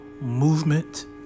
movement